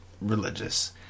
religious